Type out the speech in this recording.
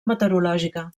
meteorològica